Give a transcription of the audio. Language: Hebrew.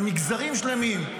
על מגזרים שלמים.